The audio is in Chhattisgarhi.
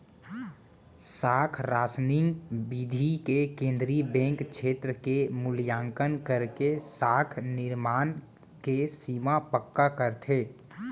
साख रासनिंग बिधि ले केंद्रीय बेंक छेत्र के मुल्याकंन करके साख निरमान के सीमा पक्का करथे